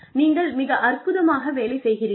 நீங்கள் மிக அற்புதமாக வேலை செய்கிறீர்கள்